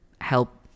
help